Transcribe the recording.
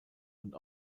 und